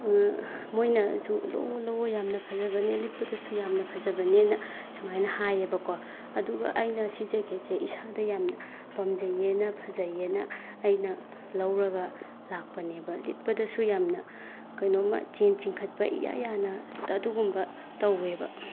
ꯃꯣꯏꯅꯁꯨ ꯂꯧꯋꯣ ꯂꯧꯋꯣ ꯌꯥꯝ ꯐꯖꯕꯅꯤ ꯂꯤꯠꯄꯗꯁꯨ ꯌꯥꯝꯅ ꯐꯖꯕꯅꯦꯅ ꯁꯨꯃꯥꯏꯅ ꯍꯥꯏꯌꯦꯕꯀꯣ ꯑꯗꯨꯒ ꯑꯩꯅ ꯁꯤ ꯖꯦꯛꯀꯦꯠꯁꯦ ꯏꯁꯥꯗ ꯌꯥꯝꯅ ꯄꯥꯝꯖꯩꯌꯦꯅ ꯐꯖꯩꯌꯦꯅ ꯑꯩꯅ ꯂꯧꯔꯒ ꯂꯥꯛꯄꯅꯦꯕ ꯂꯤꯠꯄꯗꯁꯨ ꯌꯥꯝꯅ ꯀꯩꯅꯣ ꯑꯃ ꯆꯦꯟ ꯆꯤꯡꯈꯠꯄ ꯏꯌꯥ ꯌꯥꯅ ꯑꯗꯨꯒꯨꯝꯕ ꯇꯧꯋꯦꯕ